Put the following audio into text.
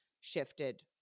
shifted